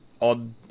Odd